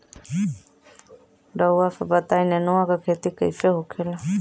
रउआ सभ बताई नेनुआ क खेती कईसे होखेला?